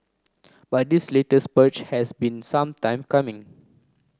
but this latest purge has been some time coming